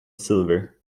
silver